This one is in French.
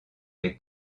des